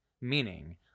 Meaning